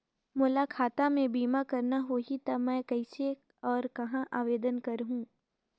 मोला खाता मे बीमा करना होहि ता मैं कइसे और कहां आवेदन करहूं?